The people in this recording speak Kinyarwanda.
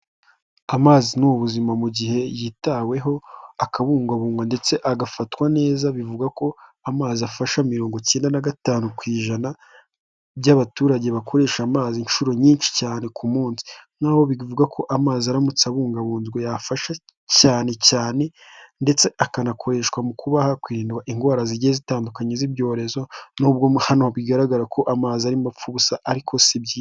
Amazi ni ubuzima mu gihe yitaweho akabugwabugwa ndetse agafatwa neza, bivugagwa ko amazi afasha mirongo icyenda na gatanu ku ijana by'abaturage bakoresha amazi inshuro nyinshi cyane ku munsi, noneho bikvuga ko amazi aramutse abungabunzwe yafasha cyane cyane, ndetse akanakoreshwa mu kuba hakwirindwa indwara zigiye zitandukanye z'ibyorezo n'ubwo mo hano bigaragara ko amazi arimo apfa ubusa ariko si byiza.